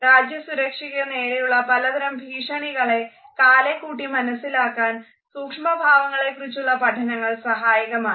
രാജ്യസുരക്ഷയ്ക്ക് നേരെയുള്ള പലതരം ഭീഷണികളെ കാലേക്കൂട്ടി മനസ്സിലാക്കാൻ സൂക്ഷ്മഭാവങ്ങളെക്കുറിച്ചുള്ള പഠനങ്ങൾ സഹായകമാണ്